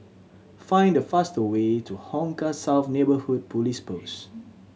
find the faster way to Hong Kah South Neighbourhood Police Post